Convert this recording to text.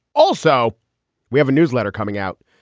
also we have a newsletter coming out.